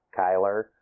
Kyler